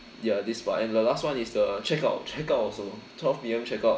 ya this part and the last one is the check out check out also twelve P_M check out